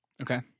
Okay